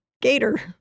gator